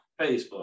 Facebook